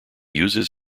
uses